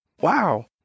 Wow